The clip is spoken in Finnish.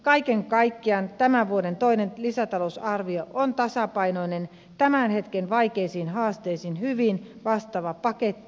kaiken kaikkiaan tämän vuoden toinen lisätalousarvio on tasapainoinen tämän hetken vaikeisiin haasteisiin hyvin vastaava paketti